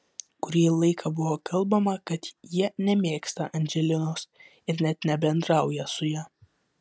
kurį laiką buvo kalbama kad jie nemėgsta andželinos ir net nebendrauja su ja